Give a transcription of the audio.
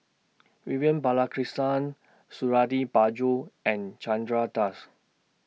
Vivian Balakrishnan Suradi Parjo and Chandra Das